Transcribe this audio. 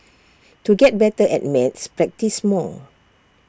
to get better at maths practise more